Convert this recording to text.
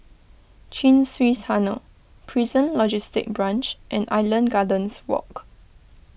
Chin Swee Tunnel Prison Logistic Branch and Island Gardens Walk